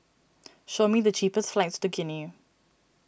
show me the cheapest flights to Guinea